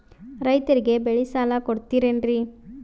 ರೈತರಿಗೆ ಬೆಳೆ ಸಾಲ ಕೊಡ್ತಿರೇನ್ರಿ?